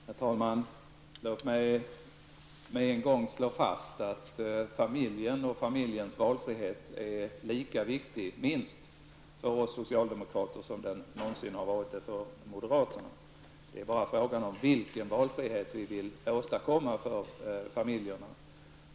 Herr talman! Jag vill med en gång slå fast att familjen och familjens valfrihet är minst lika viktiga för oss socialdemokrater som de någonsin har varit för moderaterna. Det är bara fråga om vilken valfrihet det är som vi vill åstadkomma för familjerna.